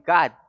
God